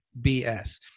bs